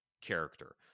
character